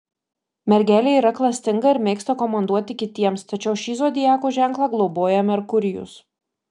mergelė yra klastinga ir mėgsta komanduoti kitiems tačiau šį zodiako ženklą globoja merkurijus